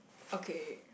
okay